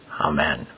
Amen